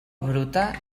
bruta